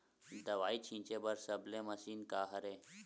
दवाई छिंचे बर सबले मशीन का हरे?